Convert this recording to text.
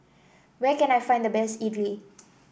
where can I find the best idly